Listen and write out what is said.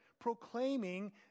proclaiming